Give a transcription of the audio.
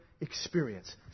experience